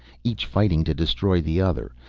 each fighting to destroy the other.